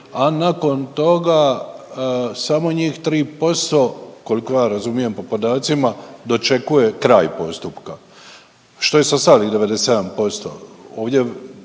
a nakon toga samo njih tri posto koliko ja razumijem po podacima dočekuje kraj postupka. Što je sa ostalih 97%